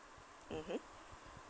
mmhmm